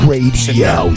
Radio